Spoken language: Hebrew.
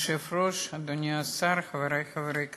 אדוני היושב-ראש, אדוני השר, חברי חברי הכנסת,